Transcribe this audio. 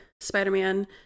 Spider-Man